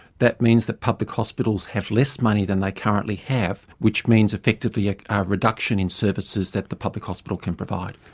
that means the public hospitals have less money than they currently have, which means effectively a reduction in services that the public hospital can provide.